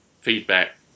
feedback